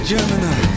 Gemini